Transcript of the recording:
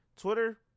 Twitter